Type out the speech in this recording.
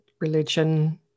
religion